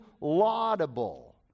laudable